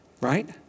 right